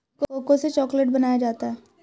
cocoa से chocolate बनाया जाता है